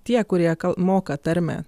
tie kurie moka tarmę